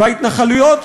ההתנחלויות,